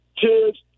kids